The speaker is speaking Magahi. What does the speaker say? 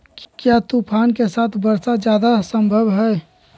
क्या तूफ़ान के साथ वर्षा जायदा संभव है?